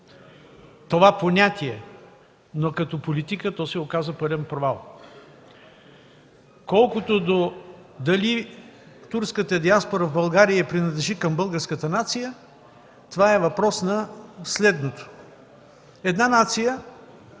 това понятие, но като политика то се оказа пълен провал. Колкото до това дали турската диаспора в България принадлежи към българската нация, е въпрос на следното. Една нация